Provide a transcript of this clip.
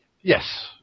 Yes